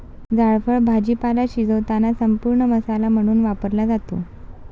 जायफळ भाजीपाला शिजवताना संपूर्ण मसाला म्हणून वापरला जातो